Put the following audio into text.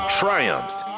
triumphs